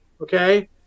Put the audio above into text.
okay